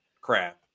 crap